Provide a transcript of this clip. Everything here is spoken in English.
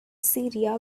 syria